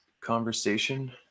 conversation